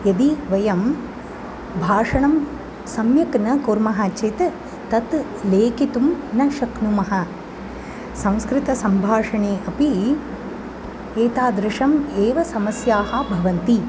यदि वयं भाषणं सम्यक् न कुर्मः चेत् तत् लेखितुं न शक्नुमः संस्कृतसम्भाषणे अपि एतादृशम् एव समस्याः भवन्ति